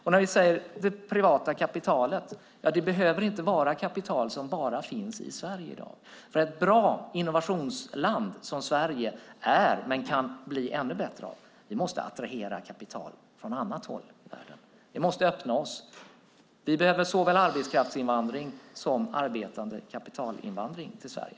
Och när vi talar om privata kapitalet behöver det inte vara kapital som bara finns i Sverige i dag, för ett bra innovationsland som Sverige är men som kan bli ännu bättre måste attrahera kapital från annat håll i världen. Vi måste öppna oss. Vi behöver såväl arbetskraftsinvandring som arbetande kapitalinvandring till Sverige.